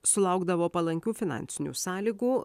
sulaukdavo palankių finansinių sąlygų